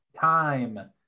time